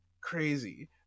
Crazy